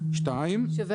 יש כאן